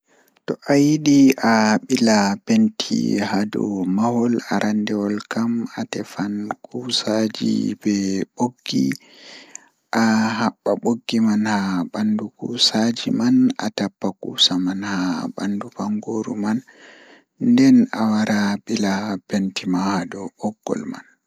To ayidi awaɗa penti haa dow mahol aranndewol kam atefan kuusaaji be ɓoggi ahaɓɓa ɓoggi man haa ɓanndu kuusaaji man a haɓɓa haa ɓanndu bangooru man nden awara a ɓila penti ma haa dow ɓoggol.